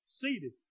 Seated